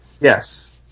Yes